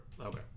Okay